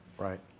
right.